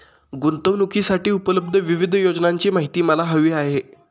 गुंतवणूकीसाठी उपलब्ध विविध योजनांची माहिती मला हवी आहे